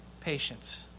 patience